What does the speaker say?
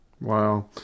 Wow